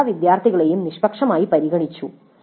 എല്ലാ വിദ്യാർത്ഥികളെയും നിഷ്പക്ഷമായി പരിഗണിച്ചു